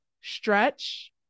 stretch